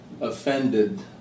offended